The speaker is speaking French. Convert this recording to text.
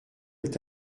est